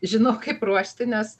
žinau kaip ruošti nes